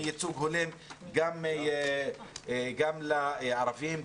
גם לערבים,